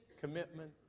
commitment